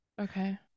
Okay